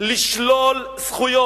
לשלול זכויות.